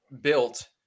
built –